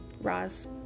Roz